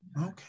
Okay